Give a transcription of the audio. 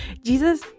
Jesus